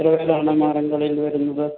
എത്ര പേരാണ് മാർഗം കളിയിൽ വരുന്നത്